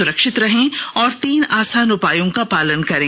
सुरक्षित रहें और तीन आसान उपायों का पालन करें